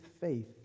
faith